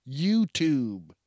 YouTube